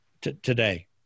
today